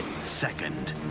second